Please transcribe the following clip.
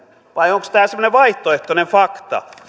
vai onko tämä semmoinen vaihtoehtoinen fakta